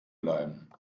bleiben